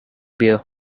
beer